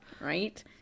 Right